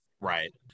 Right